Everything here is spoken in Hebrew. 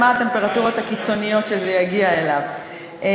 מה הטמפרטורות הקיצוניות שזה יגיע אליהן.